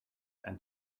and